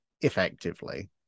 effectively